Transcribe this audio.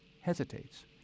hesitates